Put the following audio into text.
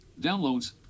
downloads